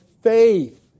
faith